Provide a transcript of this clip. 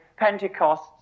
Pentecosts